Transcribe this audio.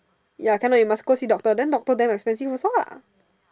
ya can not you must go see doctor then doctor damn expensive also lah